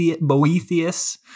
Boethius